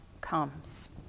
comes